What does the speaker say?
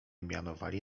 mianowali